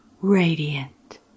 radiant